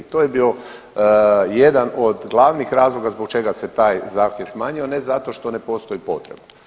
To je bio jedan od glavnih razloga zbog čega se taj zahtjev smanjio, a ne zato što ne postoji potreba.